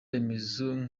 remezo